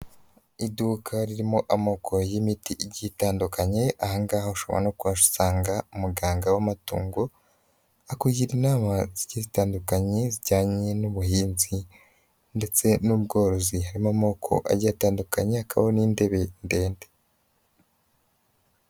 Iduka ririmo amoko y'imiti igitandukanye, ahangahahe ushobora no kusanga umuganga w'amatungo, akugira inama zitandukanye zijyanye n'ubuhinzi ndetse n'ubworozi, harimo amoko agiye atandukanye hakaba n'intebe ndende.